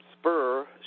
spur